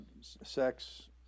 sex